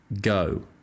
go